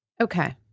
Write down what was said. Okay